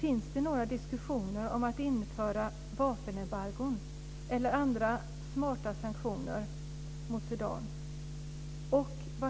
Finns det några diskussioner om att införa vapenembargon eller andra smarta sanktioner mot Sudan?